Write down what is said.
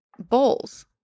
Bowls